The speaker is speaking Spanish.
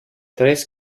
tres